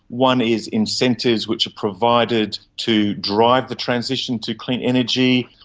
one is incentives which are provided to drive the transition to clean energy,